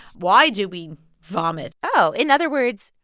why do we vomit? oh, in other words,